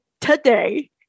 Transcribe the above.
today